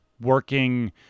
working